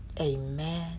Amen